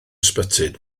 ysbyty